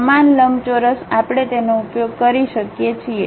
સમાન લંબચોરસ આપણે તેનો ઉપયોગ કરી શકીએ છીએ